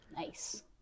Nice